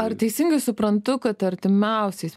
ar teisingai suprantu kad artimiausiais